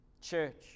Church